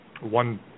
One